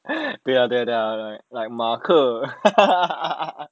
ya ya ya like 马克